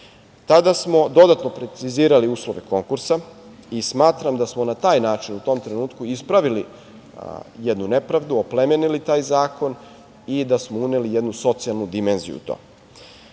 smo dodatno precizirali uslove konkursa i smatram da smo na taj način, u tom trenutku, ispravili jednu nepravdu, oplemenili taj zakon i da smo uneli jednu socijalnu dimenziju u to.